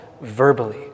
verbally